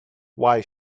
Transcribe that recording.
why